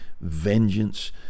vengeance